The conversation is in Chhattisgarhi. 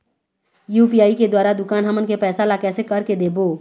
यू.पी.आई के द्वारा दुकान हमन के पैसा ला कैसे कर के देबो?